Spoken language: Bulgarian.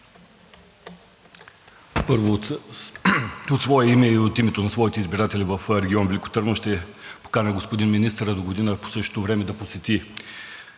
Първо от свое име и от името на своите избиратели в регион Велико Търново ще поканя господин министъра догодина по същото време да посети